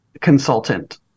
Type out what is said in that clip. consultant